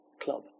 club